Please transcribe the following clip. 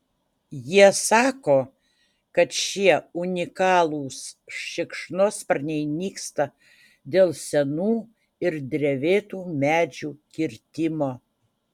jie sako kad šie unikalūs šikšnosparniai nyksta dėl senų ir drevėtų medžių kirtimo